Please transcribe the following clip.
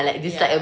ya